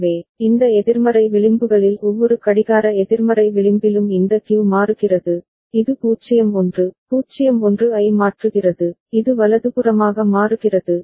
எனவே இந்த எதிர்மறை விளிம்புகளில் ஒவ்வொரு கடிகார எதிர்மறை விளிம்பிலும் இந்த Q மாறுகிறது இது 0 1 0 1 ஐ மாற்றுகிறது இது வலதுபுறமாக மாறுகிறது